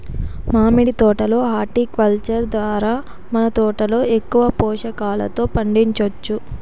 మామిడి తోట లో హార్టికల్చర్ ద్వారా మన తోటలో ఎక్కువ పోషకాలతో పండించొచ్చు